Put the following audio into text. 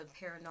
paranormal